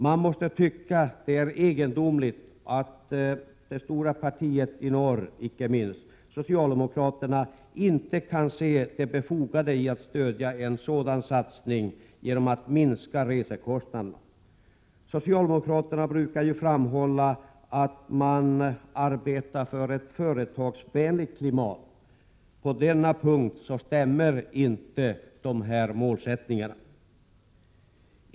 Man måste tycka det är egendomligt att det stora partiet i norr, socialdemokraterna, inte kan se det befogade i att stödja en sådan satsning genom att minska resekostnaderna. Socialdemokraterna brukar ju framhålla att man arbetar för ett företagsvänligt klimat. På denna punkt stämmer inte detta.